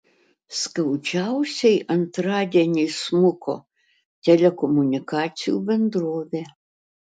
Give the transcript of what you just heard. skaudžiausiai antradienį smuko telekomunikacijų bendrovė